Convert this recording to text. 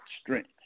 strength